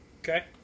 Okay